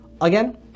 again